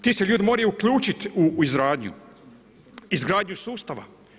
Ti se ljudi moraju uključiti u izgradnju, izgradnju sustava.